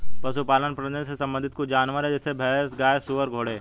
पशुपालन प्रजनन से संबंधित कुछ जानवर है जैसे भैंस, गाय, सुअर, घोड़े